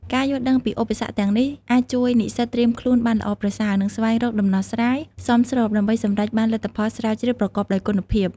ការយល់ដឹងពីឧបសគ្គទាំងនេះអាចជួយនិស្សិតត្រៀមខ្លួនបានល្អប្រសើរ និងស្វែងរកដំណោះស្រាយសមស្របដើម្បីសម្រេចបានលទ្ធផលស្រាវជ្រាវប្រកបដោយគុណភាព។